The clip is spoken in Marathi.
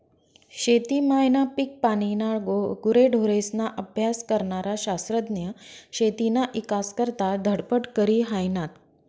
शेती मायना, पिकपानीना, गुरेढोरेस्ना अभ्यास करनारा शास्त्रज्ञ शेतीना ईकास करता धडपड करी हायनात